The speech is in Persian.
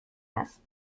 است